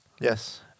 Yes